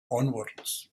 onwards